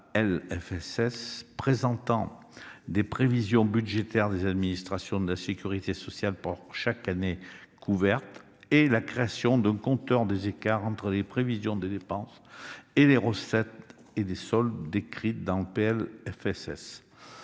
présentant les prévisions budgétaires des administrations de sécurité sociale pour chaque année couverte et la création d'un compteur des écarts entre les prévisions de dépenses, de recettes et de soldes décrites dans le PLFSS